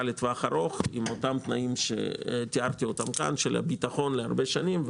לטווח ארוך עם אותם תנאים שתיארתי כאן של ביטחון להרבה שנים,